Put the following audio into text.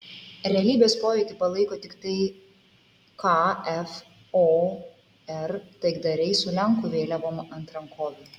realybės pojūtį palaiko tiktai kfor taikdariai su lenkų vėliavom ant rankovių